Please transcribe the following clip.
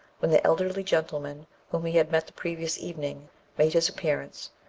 when the elderly gentleman whom he had met the previous evening made his appearance,